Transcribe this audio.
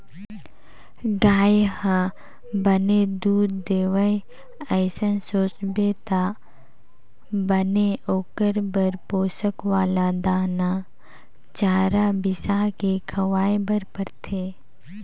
गाय ह बने दूद देवय अइसन सोचबे त बने ओखर बर पोसक वाला दाना, चारा बिसाके खवाए बर परथे